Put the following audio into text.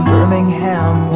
Birmingham